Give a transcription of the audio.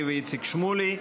ואיציק שמולי.